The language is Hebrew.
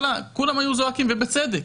כולם היו זועקים, ובצדק.